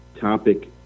topic